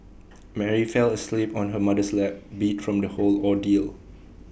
Mary fell asleep on her mother's lap beat from the whole ordeal